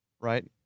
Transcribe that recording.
right